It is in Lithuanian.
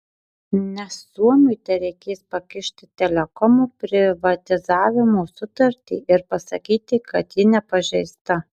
nes suomiui tereikės pakišti telekomo privatizavimo sutartį ir pasakyti kad ji nepažeista